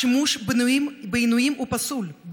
השימוש בעינויים הוא פסול,